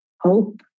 hope